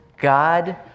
God